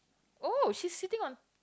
oh she's sitting on